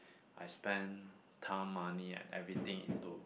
I spend time money and everything into